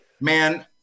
Man